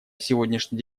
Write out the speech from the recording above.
сегодняшний